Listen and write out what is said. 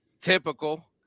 typical